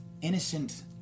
innocent